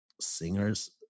singers